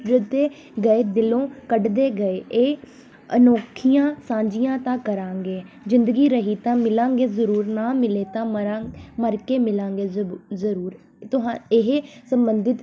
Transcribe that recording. ਜ ਦੇ ਗਏ ਦਿਲੋਂ ਕੱਢਦੇ ਗਏ ਇਹ ਅਨੋਖੀਆਂ ਸਾਂਝੀਆਂ ਤਾਂ ਕਰਾਂਗੇ ਜ਼ਿੰਦਗੀ ਰਹੀ ਤਾਂ ਮਿਲਾਂਗੇ ਜ਼ਰੂਰ ਨਾ ਮਿਲੇ ਤਾਂ ਮਰਾਂ ਮਰ ਕੇ ਮਿਲਾਂਗੇ ਜ਼ਰੂ ਜ਼ਰੂਰ ਤੁਹਾ ਇਹ ਸੰਬੰਧਿਤ